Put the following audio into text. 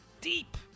deep